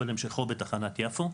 אבל המשכו בתחנת יפו.